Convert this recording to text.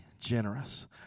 generous